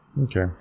Okay